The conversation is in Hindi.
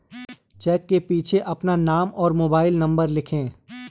चेक के पीछे अपना नाम और मोबाइल नंबर लिखें